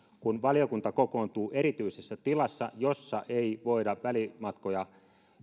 koska valiokunta kokoontuu erityisessä tilassa jossa ei voida välimatkoja